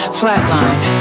flatline